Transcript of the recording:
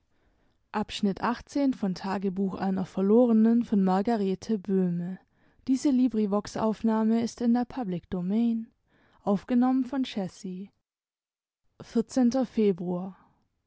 einer von der